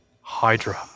Hydra